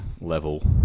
level